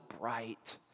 bright